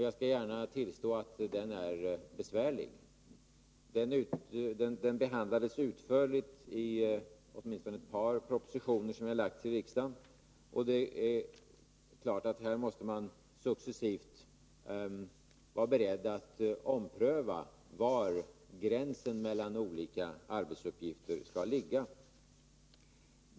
Jag skall gärna tillstå att denna gränsdragning är besvärlig. Den har behandlats utförligt i åtminstone ett par propositioner som jag har framlagt för riksdagen. Man måste vara beredd att successivt ompröva var gränsen mellan olika arbetsuppgifter skall gå.